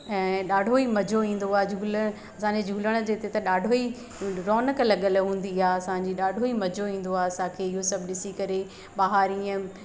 ऐं ॾाढो ई मजो ईंदो आहे झूले असांजे झूलण जे हिते त ॾाढो ई रोनक़ु लॻियल हूंदी आहे असांजी ॾाढो ई मजो ईंदो आहे असांखे इहो सभु ॾिसी करे बाहिरि ईअं